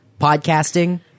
podcasting